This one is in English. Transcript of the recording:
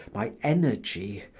my energy,